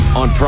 on